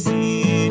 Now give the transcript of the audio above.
See